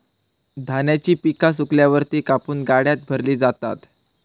धान्याची पिका सुकल्यावर ती कापून गाड्यात भरली जातात